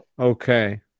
okay